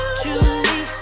truly